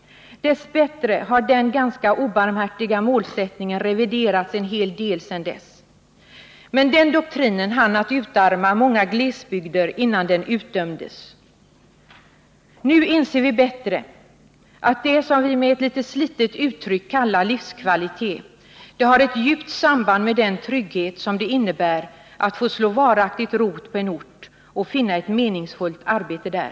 Dess bättre har denna ganska obarmhärtiga målsättning reviderats en hel del sedan dess, men den doktrinen hann med att utarma många glesbygder innan den utdömdes. Nu inser vi bättre att det som vi med ett litet slitet uttryck kallar livskvalitet har ett djupt samband med den trygghet det innebär att få slå rot varaktigt på en ort och finna ett meningsfullt arbete där.